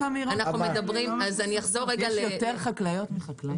יש יותר חקלאיות מחקלאים?